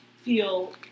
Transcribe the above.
feel